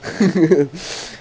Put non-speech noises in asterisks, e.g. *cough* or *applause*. *noise*